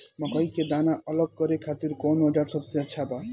मकई के दाना अलग करे खातिर कौन औज़ार सबसे अच्छा बा?